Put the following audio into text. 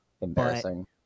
embarrassing